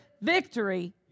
victory